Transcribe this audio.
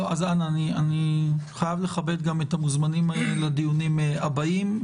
אני חייב לכבד גם את המוזמנים לדיונים הבאים.